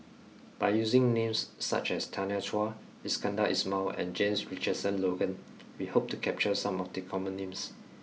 by using names such as Tanya Chua Iskandar Ismail and James Richardson Logan we hope to capture some of the common names